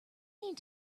need